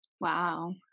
wow